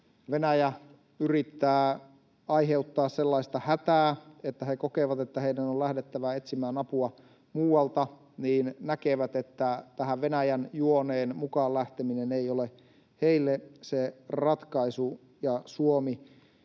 Venäjä yrittää aiheuttaa sellaista hätää, että he kokevat, että heidän on lähdettävä etsimään apua muualta, näkevät, että tähän Venäjän juoneen mukaan lähteminen ei ole heille se ratkaisu ja Suomi